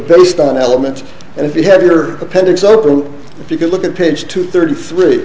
based on element and if you have your appendix open if you can look at page two thirty three